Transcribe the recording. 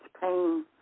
pain